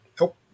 nope